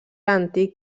antic